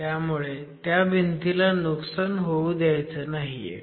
त्यामुळे त्या भिंतीला नुकसान होऊ द्यायचं नाहीये